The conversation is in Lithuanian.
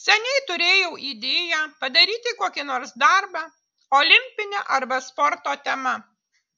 seniai turėjau idėją padaryti kokį nors darbą olimpine arba sporto tema